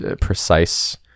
precise